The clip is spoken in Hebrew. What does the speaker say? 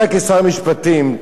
אתה כשר המשפטים,